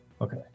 Okay